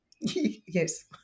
Yes